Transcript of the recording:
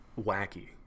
wacky